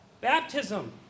Baptism